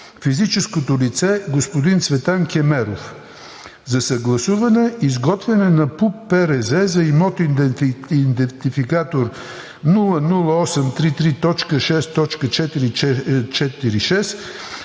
физическото лице господин Цветан Кемеров, за съгласуване, изготвяне на ПУП-ПРЗ за имот с идентификатор 00833.6.446